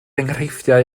enghreifftiau